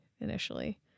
initially